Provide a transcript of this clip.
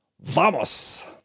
Vamos